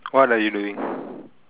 what are you doing